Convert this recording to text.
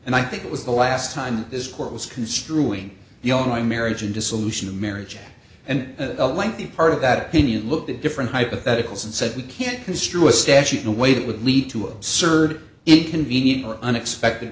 and i think it was the last time this court was construing the only marriage in dissolution of marriage and a lengthy part of that opinion looked at different hypotheticals and said we can't construe a statute in a way that would lead to absurd inconvenient or unexpected